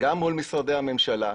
גם מול משרדי הממשלה,